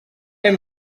fer